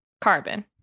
carbon